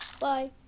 Bye